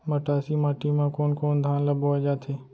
मटासी माटी मा कोन कोन धान ला बोये जाथे?